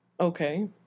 Okay